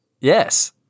Yes